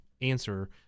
answer